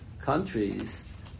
countries